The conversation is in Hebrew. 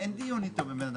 אין דיון עם הבן אדם.